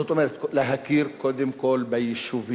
זאת אומרת, להכיר קודם כול ביישובים,